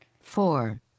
four